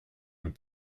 and